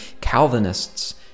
Calvinists